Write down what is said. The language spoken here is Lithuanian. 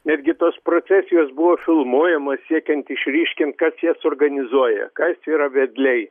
netgi tos procesijos buvo filmuojamos siekiant išryškint kas jas organizuoja kas yra vedliai